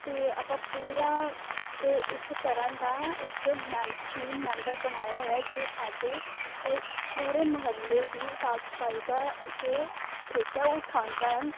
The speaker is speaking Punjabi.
ਅਤੇ ਆਪਾਂ ਪੂਰਾ ਇਹ ਇੱਕ ਤਰ੍ਹਾਂ ਦਾ ਇੱਕ ਮੈਮ ਟੀਮ ਮੈਂਬਰ ਬਣਾਇਆ ਹੋਇਆ ਜੋ ਸਾਡੇ ਅ ਪੂਰੇ ਮੁਹੱਲੇ ਦੀ ਸਾਫ਼ ਸਫਾਈ ਦਾ ਜੋ ਠੇਕਾ ਉਠਾਉਂਦਾ ਆ